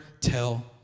tell